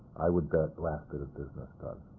i would bet last bit of business done.